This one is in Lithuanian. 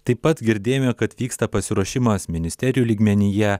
taip pat girdėjome kad vyksta pasiruošimas ministerijų lygmenyje